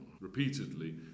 repeatedly